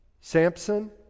Samson